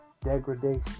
Degradation